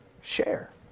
Share